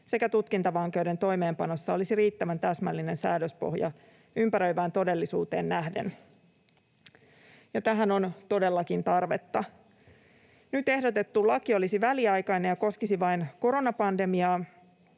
sekä tutkintavankeuden toimeenpanossa olisi riittävän täsmällinen säädöspohja ympäröivään todellisuuteen nähden — tähän on todellakin tarvetta. Nyt ehdotettu laki olisi väliaikainen ja koskisi vain koronapandemiaa,